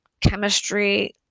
chemistry